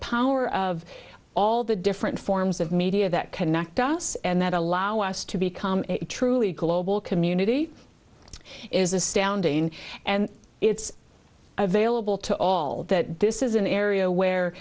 power of all the different forms of media that connect us and that allow us to become truly global community is astounding and it's available to all that this is an area where